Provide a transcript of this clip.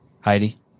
Heidi